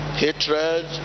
Hatred